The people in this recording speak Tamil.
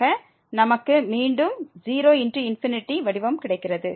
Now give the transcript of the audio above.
ஆக நமக்கு மீண்டும் 0×∞ வடிவம் கிடைக்கிறது